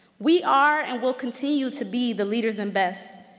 we are and will continue to be the leaders in best,